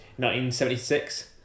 1976